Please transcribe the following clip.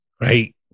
Right